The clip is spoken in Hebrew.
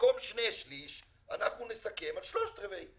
שבמקום שני שלי, אנחנו נסכם שלושת רבעי.